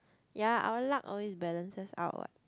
ya our luck always balances out what